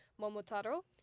Momotaro